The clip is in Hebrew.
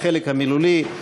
בחלק המילולי,